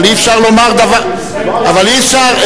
אבל אי-אפשר,